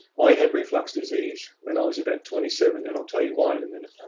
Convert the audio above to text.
i had reflux disease when i was about twenty seven, and i'll tell you why in a minute,